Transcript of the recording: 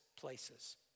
places